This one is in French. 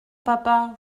papa